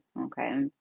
Okay